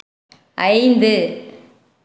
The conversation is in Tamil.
ஐந்து